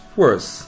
worse